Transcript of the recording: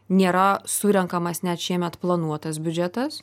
nėra surenkamas net šiemet planuotas biudžetas